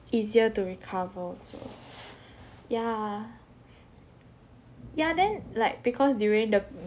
easier to recover so yeah ya then like because during the